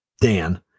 dan